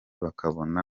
bakabona